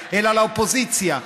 אלא על האופוזיציה.